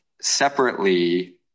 separately